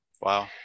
Wow